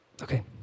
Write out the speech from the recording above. Okay